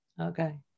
Okay